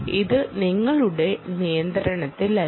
ഇത് നിങ്ങളുടെ നിയന്ത്രണത്തിലല്ല